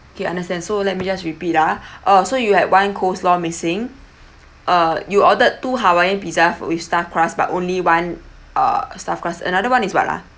okay understand so let me just repeat ah uh so you had one coleslaw missing uh you ordered two hawaiian pizzas with stuffed crust but only one uh stuffed crust another one is what ah